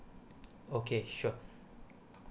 okay sure